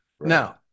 Now